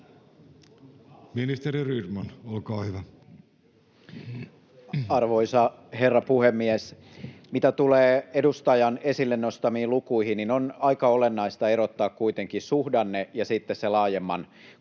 Time: 16:37 Content: Arvoisa herra puhemies! Mitä tulee edustajan esille nostamiin lukuihin, niin on aika olennaista erottaa kuitenkin suhdanne ja sitten se laajemman kuvan